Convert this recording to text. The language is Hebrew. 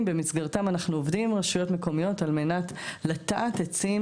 במסגרתם אנחנו עובדים עם רשויות מקומיות על מנת לנטוע עצים